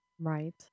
right